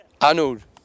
Arnold